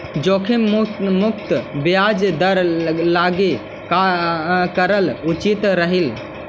जोखिम मुक्त ब्याज दर लागी का करल उचित रहतई?